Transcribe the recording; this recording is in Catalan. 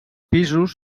pisos